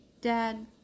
dad